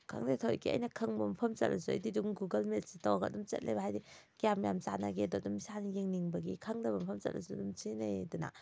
ꯈꯪꯗꯦ ꯊꯑꯣꯏꯀꯤ ꯑꯩꯅ ꯈꯪꯕ ꯃꯐꯝꯗ ꯆꯠꯂꯁꯨ ꯑꯩꯗꯤ ꯑꯗꯨꯝ ꯒꯨꯒꯜ ꯃꯦꯞꯁꯦ ꯇꯧꯔꯒ ꯑꯗꯨꯝ ꯆꯠꯂꯦꯕ ꯍꯥꯏꯗꯤ ꯀꯌꯥꯝ ꯌꯥꯝꯅ ꯆꯥꯟꯅꯒꯦꯗꯣ ꯑꯗꯨꯝ ꯏꯁꯥꯅ ꯌꯦꯡꯅꯤꯡꯕꯒꯤ ꯈꯪꯗꯕ ꯃꯐꯝꯗ ꯆꯠꯂꯁꯨ ꯑꯗꯨꯝ ꯁꯤꯖꯤꯟꯅꯩꯗꯅ